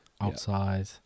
outside